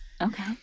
Okay